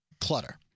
clutter